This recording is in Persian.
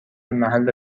محل